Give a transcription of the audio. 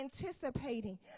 anticipating